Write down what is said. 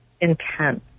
intense